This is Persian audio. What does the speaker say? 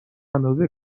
اندازه